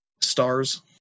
stars